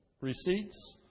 receipts